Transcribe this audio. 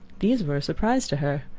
these were a surprise to her.